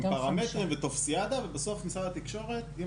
עם פרמטרים וטופסיאדה ובסוף משרד התקשורת.